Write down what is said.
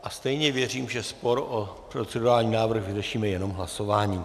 A stejně věřím, že spor o procedurální návrh vyřešíme jen hlasováním.